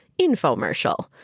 Infomercial